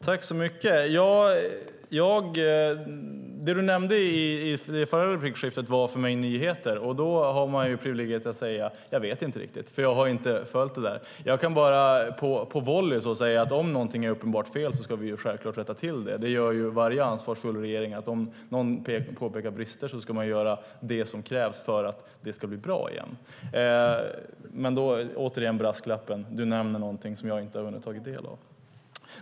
Fru talman! Det du nämnde i det förra replikskiftet, Louise Malmström, var för mig nyheter. Då har man privilegiet att svara att man inte riktigt vet. Jag har inte följt det där. Jag kan bara säga, så att säga på volley, att om något är uppenbart fel ska vi självklart rätta till det. Det gör varje ansvarsfull regering. Om någon påpekar brister ska man göra vad som krävs för att det ska bli bra igen. Men låt mig återigen komma med brasklappen att du nämner något som jag inte har hunnit ta del av.